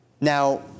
Now